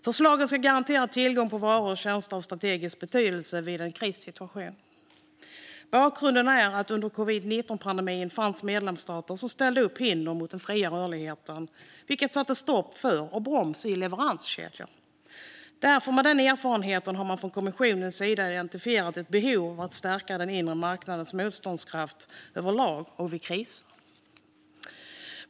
Förslaget ska garantera tillgång på varor och tjänster av strategisk betydelse vid en krissituation. Bakgrunden är att det under covid-19-pandemin fanns medlemsstater som ställde upp hinder mot den fria rörligheten, vilket satte stopp för och broms i leveranskedjor. Med den erfarenheten har man från kommissionens sida identifierat ett behov av att stärka den inre marknadens motståndskraft överlag och vid kriser.